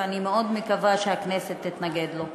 ואני מאוד מקווה שהכנסת תתנגד לו.